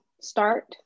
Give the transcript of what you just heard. start